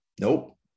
Nope